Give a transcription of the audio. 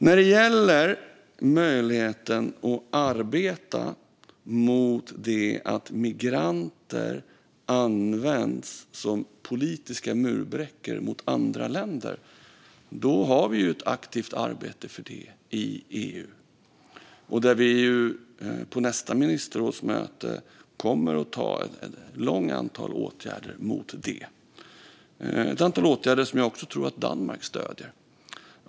När det gäller att arbeta mot att migranter används som politiska murbräckor mot andra länder sker ett aktivt arbete i EU. På nästa ministerrådsmöte kommer en lång rad åtgärder att vidtas. Det finns ett antal åtgärder som jag tror att också Danmark stöder.